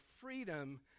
freedom